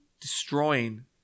destroying